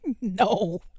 No